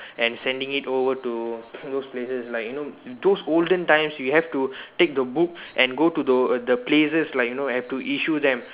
and sending it over to those places like you know those olden times you have to take the book and go to the the places like you know have to issue them